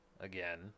again